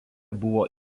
buvo